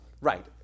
Right